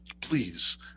please